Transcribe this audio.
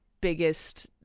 biggest